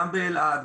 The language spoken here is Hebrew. גם באלעד,